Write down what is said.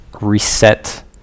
reset